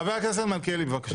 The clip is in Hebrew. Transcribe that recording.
חבר הכנסת מלכיאלי, בבקשה.